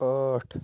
ٲٹھ